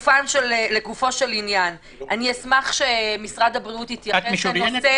לגופו של עניין אני אשמח שמשרד הבריאות יתייחס לנושא